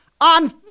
on